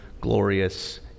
glorious